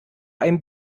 einem